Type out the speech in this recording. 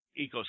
ecosystem